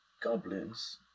goblins